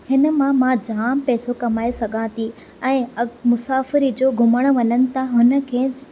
हिन मां मां जाम पैसो कमाए सघां थी ऐं अॻु मुसाफ़िरी जो घुमण वञनि त हुननि खे